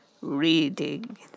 reading